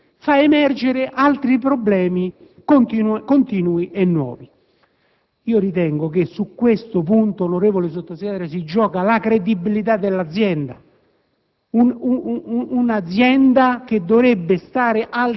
L'aggiornamento, rispetto ai problemi vecchi, fa perciò emergere altri problemi continui e nuovi. Ritengo che su questo punto, onorevole Vice Ministro, si giochi la credibilità dell'azienda,